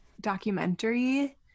documentary